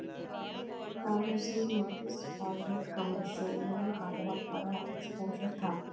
promissory notes और bad commercial loan का बहुत बड़ा एक्सपोजर था